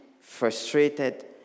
frustrated